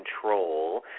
control